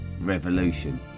revolution